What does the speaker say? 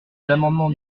l’amendement